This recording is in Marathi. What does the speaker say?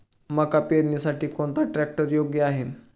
मका पेरणीसाठी कोणता ट्रॅक्टर योग्य आहे?